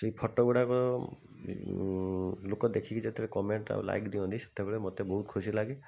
ସେଇ ଫଟୋ ଗୁଡ଼ାକ ଲୋକ ଦେଖିକି ଯେତେବେଳେ କମେଣ୍ଟ ଆଉ ଲାଇକ୍ ଦିଅନ୍ତି ସେତେବେଳେ ମୋତେ ବହୁତ ଖୁସି ଲାଗେ